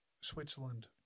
Switzerland